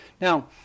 Now